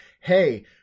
Hey